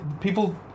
people